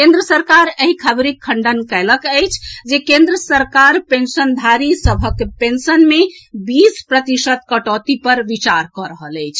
केन्द्र सरकार एहि खबरिक खंडन कएलक अछि जे केन्द्र सरकार पेंशनधारी सभक पेंशन मे बीस प्रतिशत कटौती पर विचार कऽ रहल अछि